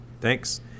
Thanks